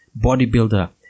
bodybuilder